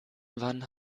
wann